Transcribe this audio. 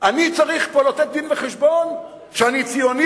אני צריך פה לתת דין-וחשבון שאני ציוני